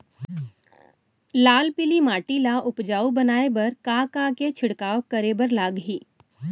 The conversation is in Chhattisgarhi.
लाल पीली माटी ला उपजाऊ बनाए बर का का के छिड़काव करे बर लागही?